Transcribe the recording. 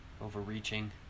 overreaching